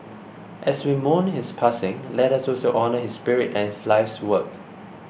as we mourn his passing let us also honour his spirit and his life's work